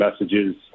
messages